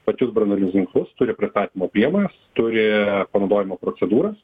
pačius branduolinius ginklus turi pristatymo priemones turi panaudojimo procedūras